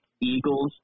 Eagles